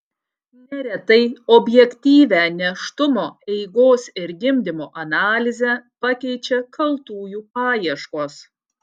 neretai objektyvią nėštumo eigos ir gimdymo analizę pakeičia kaltųjų paieškos